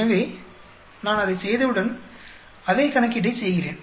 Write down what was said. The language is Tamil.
எனவே நான் அதைச் செய்தவுடன் அதே கணக்கீட்டைச் செய்கிறேன்